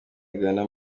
ghana